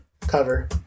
Cover